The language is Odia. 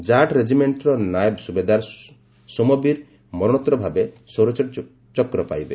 ଜାଠ ରେଜିମେଣ୍ଟର ନାଏବ ସୁବେଦାର ସୋମବୀର ମରଣୋତ୍ତର ଭାବେ ସୌରଚକ୍ର ପାଇବେ